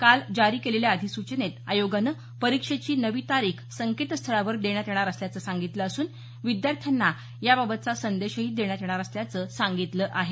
काल जारी केलेल्या अधिसूचनेत आयोगानं परीक्षेची नवी तारीख संकेतस्थळावर देण्यात येणार असल्याचं सांगितलं असून विद्यार्थ्यांना याबाबतचा संदेशही देण्यात येणार असल्याचं सांगितलं आहे